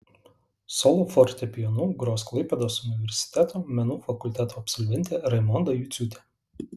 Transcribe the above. solo fortepijonu gros klaipėdos universiteto menų fakulteto absolventė raimonda juciūtė